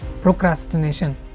Procrastination